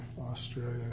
Australia